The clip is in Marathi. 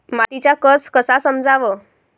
मातीचा कस कसा समजाव?